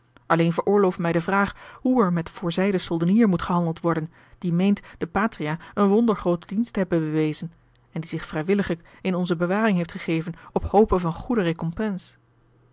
alleen veroorloof mij de vraag hoe er met voorzeiden soldenier moet gehandeld worden die meent de patria een wondergrooten dienst te hebben bewezen en die zich vrijwilliglijk in onze bewaring heeft gegeven op hope van goede